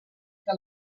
que